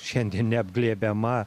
šiandien neapglėbiama